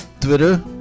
Twitter